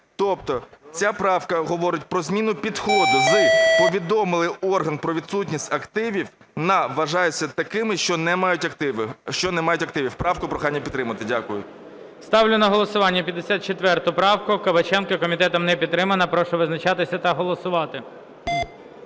Тобто ця правка говорить про зміну підходу з "повідомили орган про відсутність активів" на "вважаються такими, що не мають активів". Правку прохання підтримати. Дякую. ГОЛОВУЮЧИЙ. Ставлю на голосування 54 правку Кабаченка. Комітетом не підтримана. Прошу визначатися та голосувати.